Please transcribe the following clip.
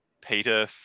peter